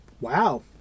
Wow